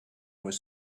was